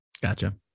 Gotcha